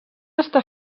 està